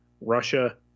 Russia